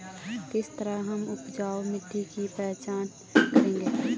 किस तरह हम उपजाऊ मिट्टी की पहचान करेंगे?